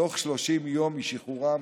תוך 30 יום משחרורם,